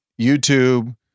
YouTube